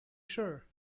sure